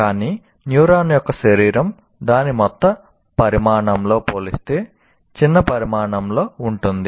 కానీ న్యూరాన్ యొక్క శరీరం దాని మొత్తం పరిమాణంతో పోలిస్తే చిన్న పరిమాణంలో ఉంటుంది